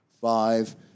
five